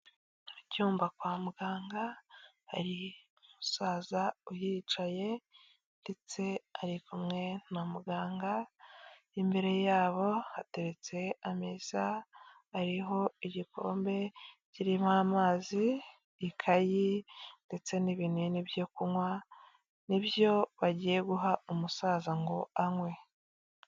Icyumba kwa muganga hari umusaza uhicaye ndetse ari kumwe na muganga, imbere yabo hateretse ameza ariho igikombe kirimo amazi, ikayi ndetse n'ibinini byo kunywa, nibyo bagiye guha umusaza ngo anywe.